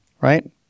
right